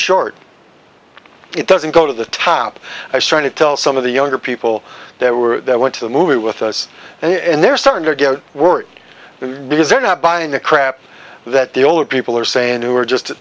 short it doesn't go to the top i try to tell some of the younger people they were i went to a movie with us and they're starting to get worse because they're not buying the crap that the older people are saying who are just